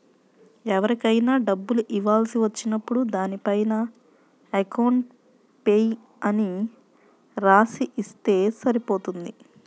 ఎవరికైనా డబ్బులు ఇవ్వాల్సి వచ్చినప్పుడు దానిపైన అకౌంట్ పేయీ అని రాసి ఇస్తే సరిపోతుంది